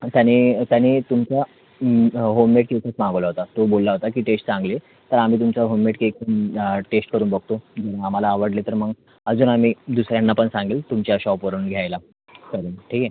त्यांनी त्यांनी तुमचा होममेड केकच मागवला होता तो बोलला होता की टेस्ट चांगली आहे तर आम्ही तुमचा होममेड केक टेस्ट करून बघतो आम्हाला आवडले तर मग अजून आम्ही दुसऱ्यांना पण सांगेन तुमच्या शॉपवरून घ्यायला करून ठीक आहे